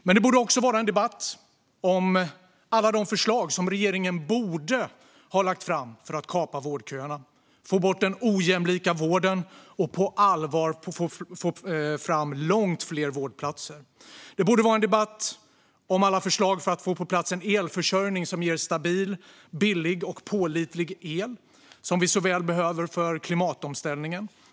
Men det borde också vara en debatt om alla de förslag som regeringen borde ha lagt fram för att kapa vårdköerna, få bort den ojämlika vården och på allvar få fram långt fler vårdplatser. Det borde vara en debatt om alla förslag för att få på plats en elförsörjning som ger stabil, billig och pålitlig el, som vi så väl behöver för klimatomställningen.